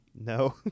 No